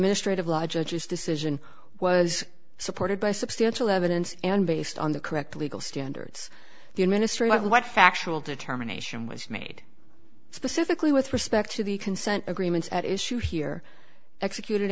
ministry of law judge's decision was supported by substantial evidence and based on the correct legal standards the administration what factual determination was made specifically with respect to the consent agreements at issue here executed